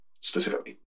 specifically